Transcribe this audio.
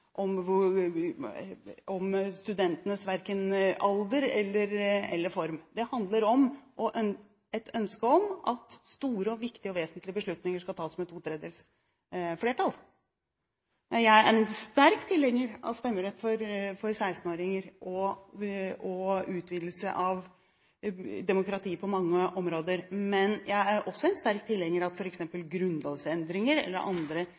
om studentenes alder eller form. Det handler om et ønske om at store, viktige og vesentlige beslutninger skal tas med to tredjedels flertall. Jeg er en sterk tilhenger av stemmerett for 16-åringer og utvidelse av demokratiet på mange områder. Men jeg er også en sterk tilhenger av at f.eks. grunnlovsendringer eller andre